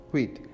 Wait